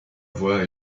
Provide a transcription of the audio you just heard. voie